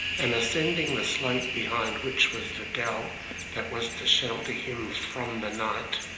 and ascending the slope behind which was the dell that was to shelter him from the night,